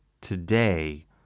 today